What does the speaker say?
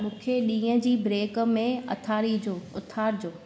मूंखे ॾींहं जी ब्रेक में अथारीजो उथारिजो